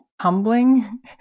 Humbling